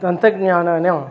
तन्त्रज्ञानेन